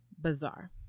bizarre